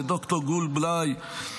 לד"ר גור בליי,